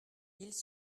ils